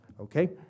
Okay